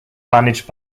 managed